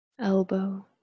elbow